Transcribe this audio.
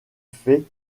fait